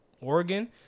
Oregon